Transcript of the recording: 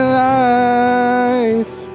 life